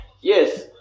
yes